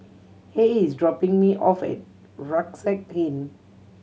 Rey is dropping me off at Rucksack Inn